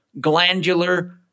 glandular